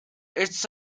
it’s